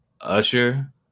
Usher